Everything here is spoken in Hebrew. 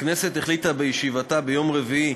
הכנסת החליטה בישיבתה ביום רביעי,